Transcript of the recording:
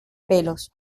pelos